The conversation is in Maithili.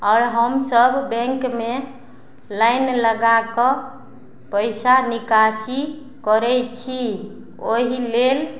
आओर हमसब बैंकमे लाइन लगाकऽ पैसा निकासी करय छी ओहि लेल